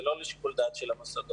זה לא לשיקול דעת של המוסדות.